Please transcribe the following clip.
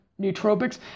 nootropics